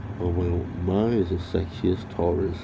mine is the sexiest taurus